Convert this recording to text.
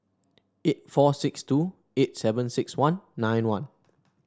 eight four six two eight seven six one nine one